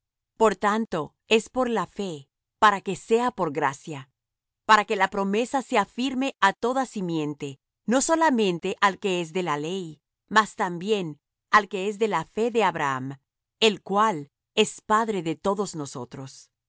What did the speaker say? por tanto es por la fe para que sea por gracia para que la promesa sea firme á toda simiente no solamente al que es de la ley mas también al que es de la fe de abraham el cual es padre de todos nosotros